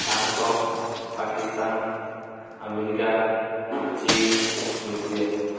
Bharat Pakistan America ଚୀନ Russia